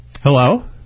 Hello